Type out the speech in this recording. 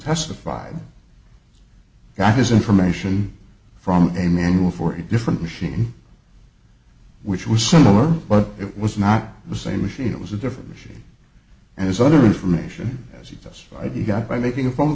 testified got his information from a manual for a different machine which was similar but it was not the same machine it was a different machine and his other information as he thought id got by making a phone